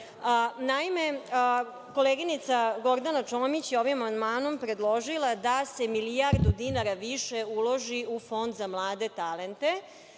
koleginica Gordana Čomić je ovim amandmanom predložila da se milijardu dinara više uloži u Fond za mlade talente.